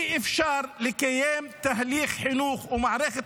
אי-אפשר לקיים תהליך חינוך ומערכת